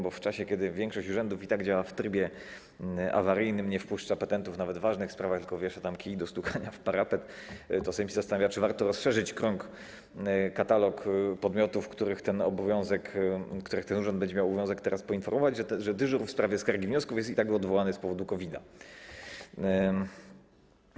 Bo w czasie kiedy większość urzędów i tak działa w trybie awaryjnym, nie wpuszcza petentów nawet w ważnych sprawach, tylko wiesza tam kij do stukania w parapet, to Sejm się zastanawia, czy warto rozszerzyć krąg, katalog podmiotów, które ten urząd będzie miał obowiązek teraz poinformować, że dyżur w sprawie skarg i wniosków jest i tak odwołany z powodu COVID-a.